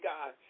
God